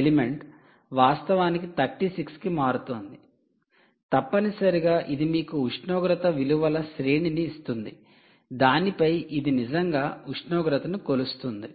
element వాస్తవానికి 36 కి మారుతోంది తప్పనిసరిగా ఇది మీకు ఉష్ణోగ్రత విలువల శ్రేణిని ఇస్తుంది దానిపై ఇది నిజంగా ఉష్ణోగ్రతను కొలుస్తుంది